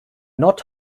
not